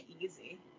easy